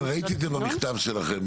כן, ראיתי את זה במכתב שלכם.